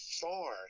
far